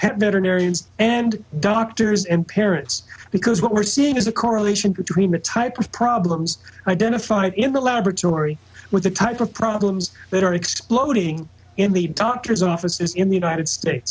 pet veterinarians and doctors and parents because what we're seeing is a correlation between the type of problems identified in the laboratory with the type of problems that are exploding in the doctors offices in the united states